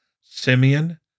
Simeon